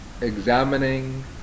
examining